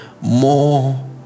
more